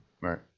Right